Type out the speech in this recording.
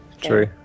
True